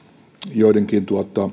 joidenkin